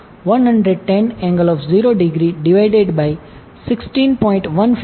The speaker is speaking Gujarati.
તેથી IaVanZY110∠0°16